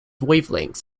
wavelengths